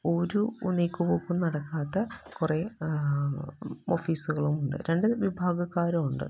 ഒരു നീക്കുപോക്കും നടക്കാത്ത കുറെ ഓഫിസുകളുവുണ്ട് രണ്ട് വിഭാഗക്കാരുവുണ്ട്